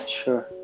sure